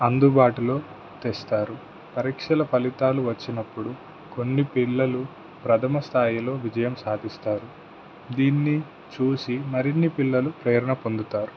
అందుబాటులో తెస్తారు పరీక్షల ఫలితాలు వచ్చినప్పుడు కొన్ని పిల్లలు ప్రథమ స్థాయిలో విజయం సాధిస్తారు దీన్ని చూసి మరిన్ని పిల్లలు ప్రేరణ పొందుతారు